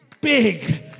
big